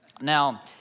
Now